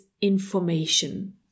information